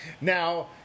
Now